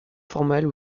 formelles